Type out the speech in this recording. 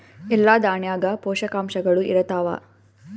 ಎಲ್ಲಾ ದಾಣ್ಯಾಗ ಪೋಷಕಾಂಶಗಳು ಇರತ್ತಾವ?